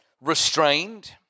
restrained